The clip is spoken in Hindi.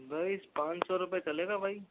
बाईस पाँच सौ रुपये चलेगा भाई